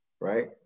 right